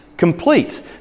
complete